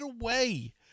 away